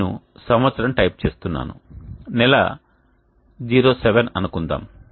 నేను సంవత్సరం టైప్ చేస్తున్నాను నెల 07 అనుకుందాం